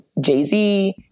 Jay-Z